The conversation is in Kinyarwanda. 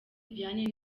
vianney